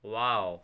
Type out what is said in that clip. wow